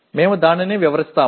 మేము దానిని వివరిస్తాము